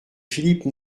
philippe